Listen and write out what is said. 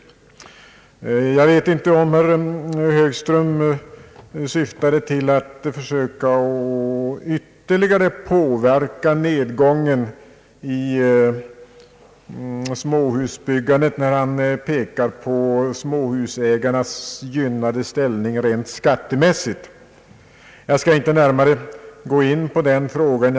Jag vet inte om herr Högström syftade till att ytterligare försöka påverka nedgången i småhusbyggandet när han pekade på småhusägarnas gynnade ställning rent skattemässigt. Jag skall inte närmare gå in på den frågan.